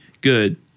Good